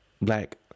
black